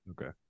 Okay